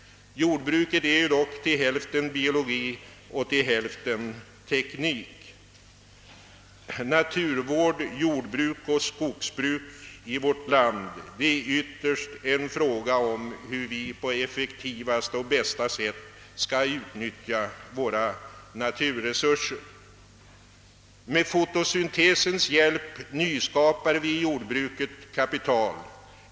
Jordbruket är dock till hälften biologi och till hälften teknik. Naturvård, jordbruk och skogsbruk i vårt land är ytterst en fråga om hur vi på bästa sätt skall tillgodogöra oss våra naturtillgångar. Med fotosyntesens hjälp nyskapar vi i jordbruket kapital.